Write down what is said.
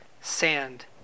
sand